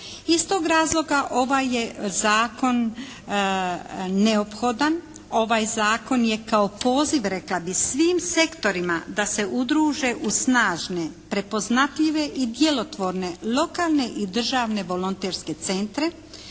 Iz tog razloga ovaj je zakon neophodan, ovaj zakon je kao poziv rekla bih svim sektorima da se udruže u snažne, prepoznatljive i djelotvorne lokalne i državne volonterske centre,